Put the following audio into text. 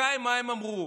לפוליטיקאים מה הם אמרו.